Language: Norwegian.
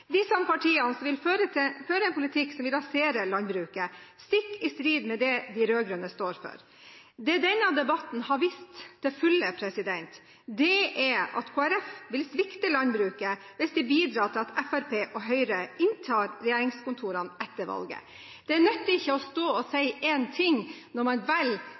Disse partiene vil føre en politikk som vil rasere landbruket – stikk i strid med det de rød-grønne står for. Det denne debatten har vist til fulle, er at Kristelig Folkeparti vil svikte landbruket hvis de bidrar til at Fremskrittspartiet og Høyre inntar regjeringskontorene etter valget. Det nytter ikke å si én ting når man